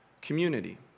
community